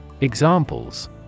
Examples